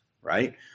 right